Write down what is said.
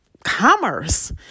commerce